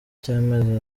cy’amezi